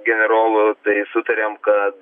generolu tai sutarėm kad